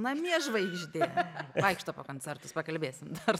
namie žvaigždė vaikšto po koncertus pakalbėsim dar